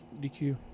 DQ